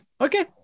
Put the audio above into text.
Okay